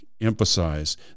emphasize